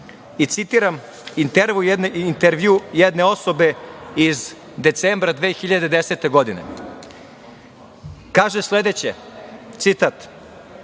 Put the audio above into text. i citiram intervju jedne osobe iz decembra 2010. godine. Kaže sledeće, citat